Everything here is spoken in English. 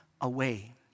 away